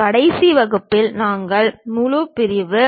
கடைசி வகுப்பில் நாங்கள் முழு பிரிவு